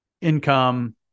income